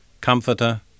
comforter